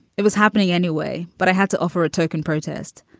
it was happening anyway, but i had to offer a token protest.